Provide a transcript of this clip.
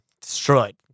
Destroyed